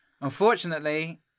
Unfortunately